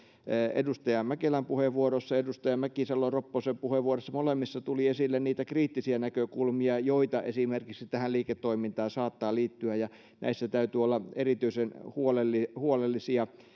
edustaja mäkelän puheenvuorossa ja edustaja mäkisalo ropposen puheenvuorossa molemmissa tuli esille niitä kriittisiä näkökulmia joita esimerkiksi tähän liiketoimintaan saattaa liittyä ja näissä täytyy olla erityisen huolellisia huolellisia